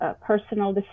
personal